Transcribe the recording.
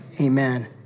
Amen